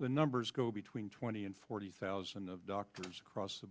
the numbers go between twenty and forty thousand doctors across the